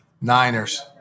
Niners